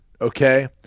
okay